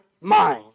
mind